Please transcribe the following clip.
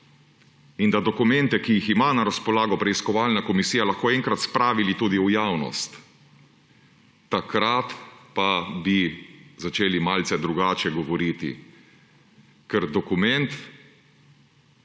in da bomo dokumente, ki jih ima na razpolago preiskovalna komisija, lahko enkrat spravili tudi v javnost. Takrat pa bi začeli malce drugače govoriti, ker dokument